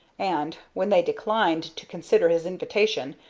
and, when they declined to consider his invitation,